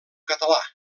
català